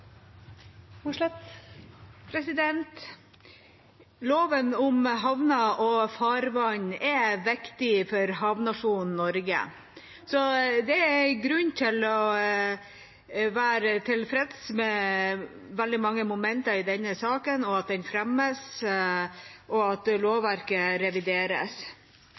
viktig for havnasjonen Norge, så det er en grunn til å være tilfreds med veldig mange momenter i denne saken og at den fremmes, og at lovverket revideres.